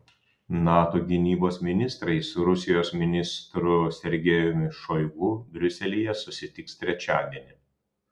nato gynybos ministrai su rusijos ministru sergejumi šoigu briuselyje susitiks trečiadienį